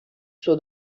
suo